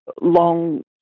long